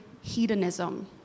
hedonism